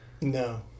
no